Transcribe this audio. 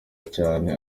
cyane